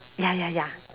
ya ya ya